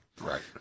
Right